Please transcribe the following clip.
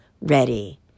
ready